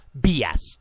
BS